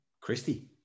Christy